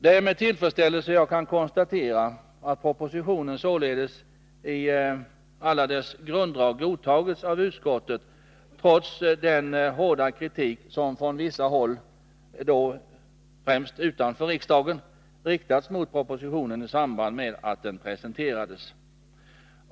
Det är med tillfredsställelse som jag kan konstatera att propositionen således i alla dess grunddrag godtagits av utskottet trots den hårda kritik som från vissa håll, främst utanför riksdagen, riktades mot propositionen i samband med att den presenterades.